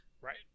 Right